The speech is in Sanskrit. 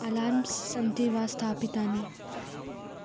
अलार्म्स् सन्ति वा स्थापितानि